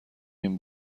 این